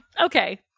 Okay